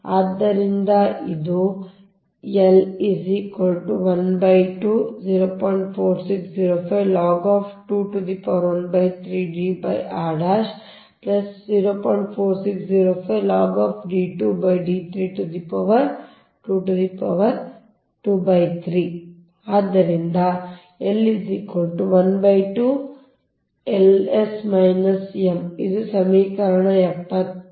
ಆದ್ದರಿಂದ ಇದು ಆದ್ದರಿಂದ L ಇದು ಸಮೀಕರಣ 75